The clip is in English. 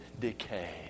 decay